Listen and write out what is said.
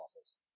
office